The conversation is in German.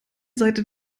seite